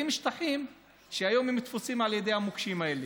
שטחים שהיום תפוסים על ידי המוקשים האלה.